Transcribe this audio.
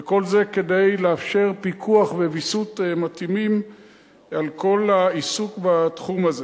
וכל זה כדי לאפשר פיקוח וויסות מתאימים על כל העיסוק בתחום הזה.